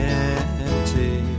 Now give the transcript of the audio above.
empty